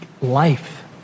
life